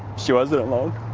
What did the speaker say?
she wasn't alone. i